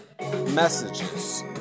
messages